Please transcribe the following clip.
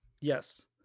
Yes